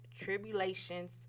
tribulations